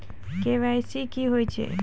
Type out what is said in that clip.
KYC की होय छै?